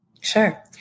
Sure